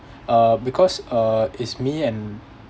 uh because uh it's me and